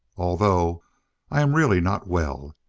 although i am really not well.